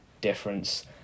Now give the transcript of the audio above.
difference